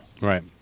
right